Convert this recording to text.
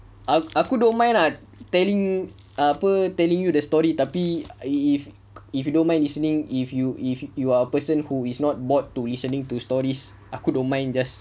aku don't mind lah telling apa telling you the story tapi if if you don't mind listening if you if you are a person who is not bored to listening to stories aku don't mind just